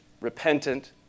repentant